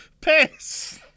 Piss